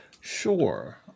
Sure